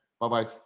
Bye-bye